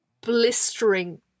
blistering